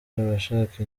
abashaka